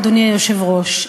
אדוני היושב-ראש,